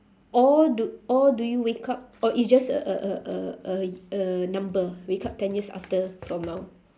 or do or do you wake up or is just a a a a a a number wake up ten years after from now